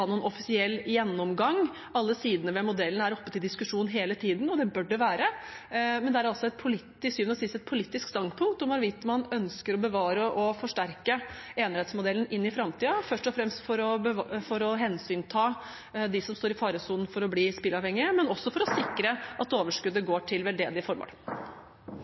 noen offisiell gjennomgang. Alle sidene ved modellen er oppe til diskusjon hele tiden, og det bør de være. Til syvende og sist er det altså et politisk standpunkt hvorvidt man ønsker å bevare og forsterke enerettsmodellen i framtiden, først og fremst for å hensynta dem som står i faresonen for å bli spillavhengige, men også for å sikre at overskuddet går til veldedige formål.